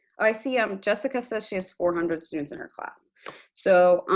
i see um jessica says she has four hundred students in her class so,